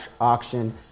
auction